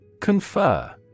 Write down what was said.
Confer